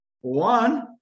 One